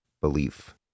belief